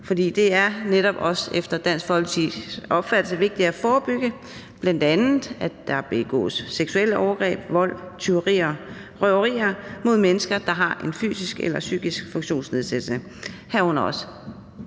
for det er efter Dansk Folkepartis opfattelse netop også vigtigt at forebygge, at der bl.a. begås seksuelle overgreb, vold, tyverier og røverier mod mennesker, der har en fysisk eller psykisk funktionsnedsættelse,